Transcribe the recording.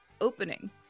opening